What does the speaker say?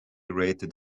rated